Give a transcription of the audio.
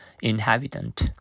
Inhabitant